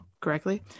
correctly